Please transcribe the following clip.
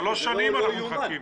שלוש שנים אנחנו מחכים.